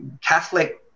Catholic